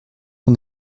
son